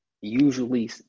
usually